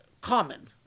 common